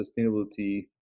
sustainability